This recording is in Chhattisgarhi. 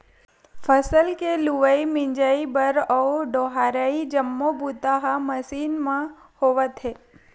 फसल के लुवई, मिजई बर अउ डोहरई जम्मो बूता ह मसीन मन म होवत हे